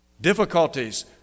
difficulties